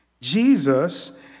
Jesus